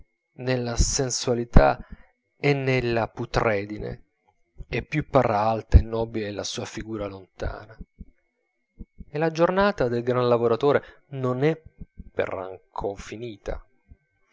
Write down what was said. nella sensualità e nella putredine e più parrà alta e nobile la sua figura lontana e la giornata del grande lavoratore non è per anco finita